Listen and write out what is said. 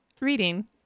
reading